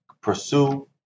pursue